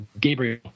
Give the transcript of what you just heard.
Gabriel